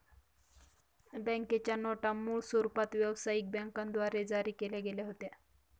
बँकेच्या नोटा मूळ स्वरूपात व्यवसायिक बँकांद्वारे जारी केल्या गेल्या होत्या